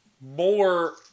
more